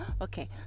Okay